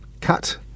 cut